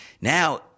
Now